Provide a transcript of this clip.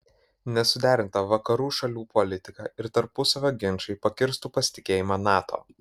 nesuderinta vakarų šalių politika ir tarpusavio ginčai pakirstų pasitikėjimą nato